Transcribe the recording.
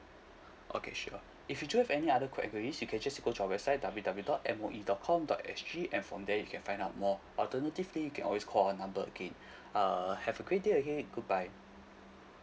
okay sure if you do have any other que~ enquiries you can just go to our website ww dot M_O_E dot com dot sg and from there you can find out more alternatively you can always call our number again err have a great day ahead goodbye